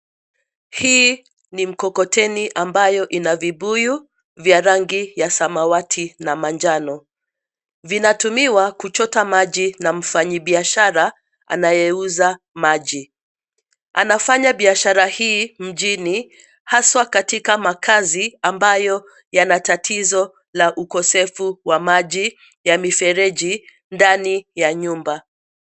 Hii ni mkokoteni ambayo ina vibuyu vya rangi ya samawati na manjano. Vinatumiwa kuchota maji na mfanyibiashara anayeuza maji. Anafanya biashara hii mjini haswa katika makazi ambayo yanatatizo la ukosefu wa maji ya mifereji ndani ya nyumba.